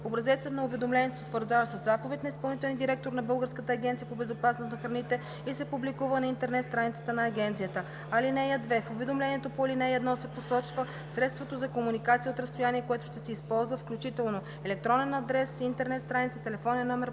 Образецът на уведомлението се утвърждава със заповед на изпълнителния директор на Българската агенция по безопасност на храните и се публикува на интернет страницата на агенцията. (2) В уведомлението по ал. 1 се посочва средството за комуникация от разстояние, което ще се използва, включително: електронен адрес, интернет страница, телефонен номер,